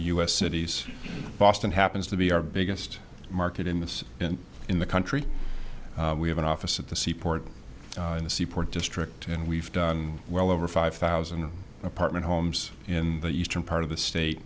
us cities boston happens to be our biggest market in this in the country we have an office at the seaport in the seaport district and we've done well over five thousand apartment homes in the eastern part of the state